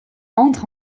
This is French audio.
entre